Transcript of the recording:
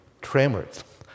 tremors